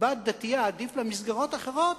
בת דתייה עדיף לה מסגרות אחרות,